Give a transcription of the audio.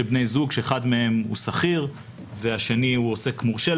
של בני זוג שאחד מהם הוא שכיר והשני הוא עוסק מורשה,